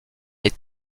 est